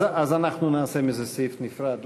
אז אנחנו נעשה מזה סעיף נפרד,